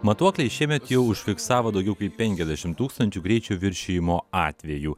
matuokliai šiemet jau užfiksavo daugiau kaip penkiasdešim tūkstančių greičio viršijimo atvejų